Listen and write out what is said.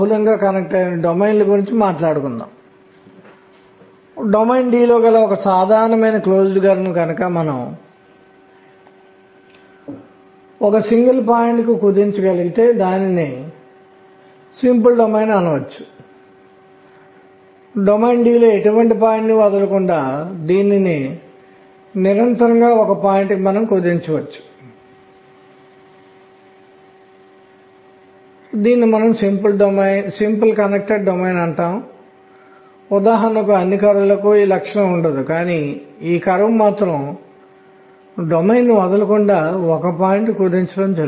k అనేది 1 2 మరియు n వరకు ఉంటుంది మరియు కోణీయ ద్రవ్యవేగం యొక్క z కాంపోనెంట్ని అంశాన్ని సూచించే అతి ముఖ్యమైన m అనేది k k 1 k 2 నుండి 0 1 2 వరకు మరియు k 2k 1 విలువల వరకు ఉంటుంది మరియు ఇది ఎల్లప్పుడూ బేసి సంఖ్య అని గుర్తుంచుకోండి